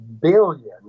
billion